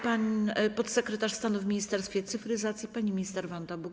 Podsekretarz stanu w Ministerstwie Cyfryzacji pani minister Wanda Buk.